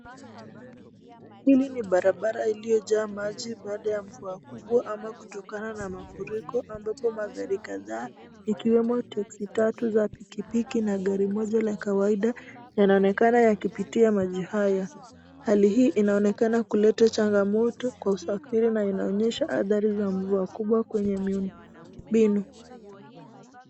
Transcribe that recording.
Hili ni barabara iliyojaa maji baada ya mvua kubwa ama kutokana na mafuriko ambapo magari kadhaa ikiwemo taxi[cs tatu za pikipiki na gari moja la kawaida yanaonekana yakipitia maji haya. Hali hii inaonekana kuleta changamoto kwa usafiri na inaonyesha athari za mvua kubwa kwenye miundombinu.